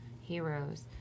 heroes